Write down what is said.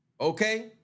Okay